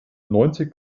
neunzig